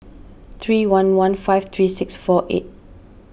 three one one five three six four eight